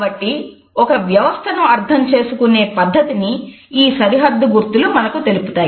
కాబట్టి ఒక వ్యవస్థను అర్థం చేసుకునే పద్ధతిని ఈ సరిహద్దు గుర్తులు మనకు తెలుపుతాయి